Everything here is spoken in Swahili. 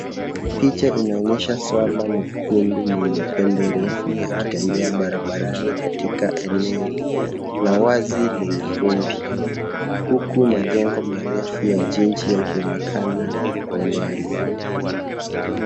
Picha inaonyesha swara mwekundu mwenye pembe ndefu akitembea barabarani katika eneo la wazi lenye vumbi huku majengo marefu ya jiji yakionekana kwa mbali.